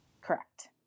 Correct